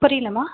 புரியிலைமா